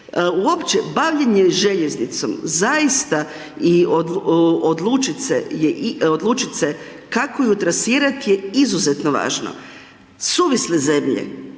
Uopće bavljenje željeznicom zaista i odlučit se kako ju tresirati je izuzetno važno. Suvisle zemlje